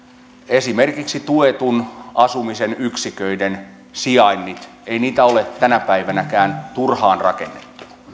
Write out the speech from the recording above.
esimerkiksi tuetun asumisen yksiköiden sijainnit ei niitä ole tänä päivänäkään turhaan rakennettu